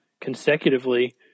consecutively